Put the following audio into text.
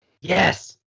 Yes